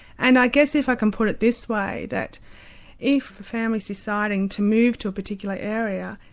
and i guess if i can put it this way, that if a family is deciding to move to a particular area,